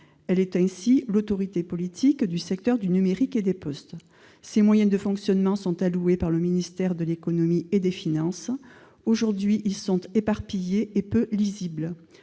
Elle est ainsi l'autorité politique du secteur du numérique et des postes. Ses moyens de fonctionnement, alloués par le ministère de l'économie et des finances, sont aujourd'hui éparpillés et peu lisibles.